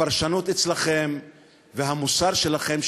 הפרשנות אצלכם והמוסר שלכם,